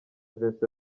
vincent